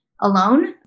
alone